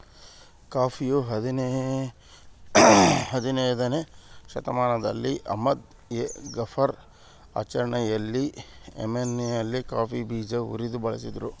ಕಾಫಿಯು ಹದಿನಯ್ದನೇ ಶತಮಾನದಲ್ಲಿ ಅಹ್ಮದ್ ಎ ಗಫರ್ ಆಚರಣೆಯಲ್ಲಿ ಯೆಮೆನ್ನಲ್ಲಿ ಕಾಫಿ ಬೀಜ ಉರಿದು ಬಳಸಿದ್ರು